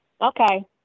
Okay